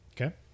Okay